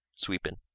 sweeping